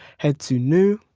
head to new.